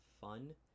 fun